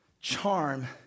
Charm